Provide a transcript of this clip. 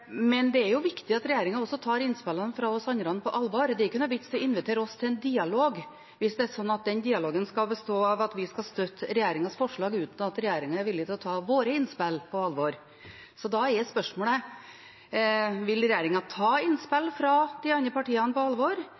men det er viktig at regjeringen tar innspillene fra oss andre på alvor. Det er ikke noen vits i å invitere oss til en dialog hvis det er slik at den dialogen skal bestå av at vi skal støtte regjeringens forslag uten at regjeringen er villig til å ta våre innspill på alvor. Så da er spørsmålet: Vil regjeringen ta innspill fra de andre partiene på alvor,